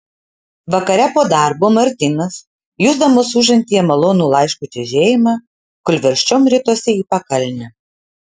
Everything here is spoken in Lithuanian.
vakare po darbo martynas jusdamas užantyje malonų laiško čežėjimą kūlversčiom ritosi į pakalnę